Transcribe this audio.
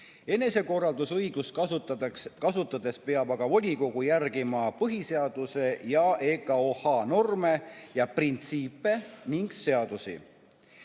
Enesekorraldusõigust kasutades peab aga volikogu järgima põhiseaduse ja EKOH norme ja printsiipe ning seadusi.